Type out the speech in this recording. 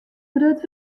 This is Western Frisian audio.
grut